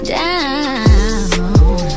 down